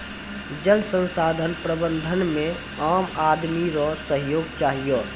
जल संसाधन प्रबंधन मे आम आदमी रो सहयोग चहियो